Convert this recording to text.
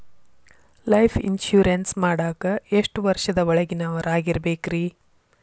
Life insurance ಮಾಡಾಕ ಎಷ್ಟು ವರ್ಷದ ಒಳಗಿನವರಾಗಿರಬೇಕ್ರಿ?